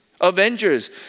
Avengers